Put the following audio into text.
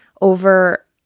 over